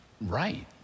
right